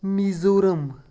Mizoram